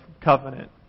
covenant